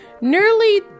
Nearly